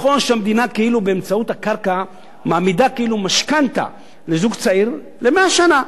נכון שהמדינה באמצעות הקרקע מעמידה כאילו משכנתה לזוג צעיר ל-100 שנה,